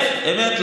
אמת, אמת.